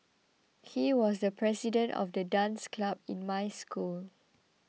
he was the president of the dance club in my school